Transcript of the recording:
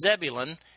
Zebulun